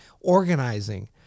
organizing